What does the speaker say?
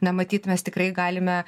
na matyt mes tikrai galime